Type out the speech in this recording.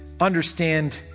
Understand